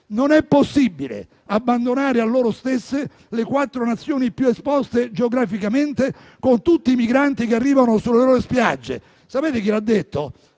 non è possibile abbandonare a loro stesse le quattro Nazioni più esposte geograficamente, con tutti i migranti che arrivano sulle loro spiagge. Sapete chi l'ha detto?